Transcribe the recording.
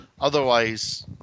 otherwise